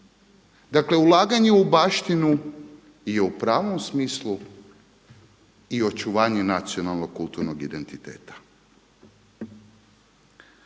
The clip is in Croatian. Dakle, ulaganje u baštinu je u pravom smislu i očuvanje nacionalnog kulturnog identiteta.